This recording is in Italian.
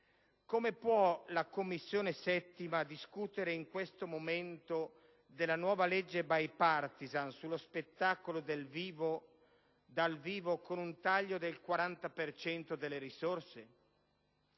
come può la 7a Commissione discutere in questo momento della nuova legge *bipartisan* sullo spettacolo dal vivo con un taglio del 40 per cento delle risorse?